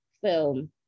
film